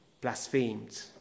blasphemed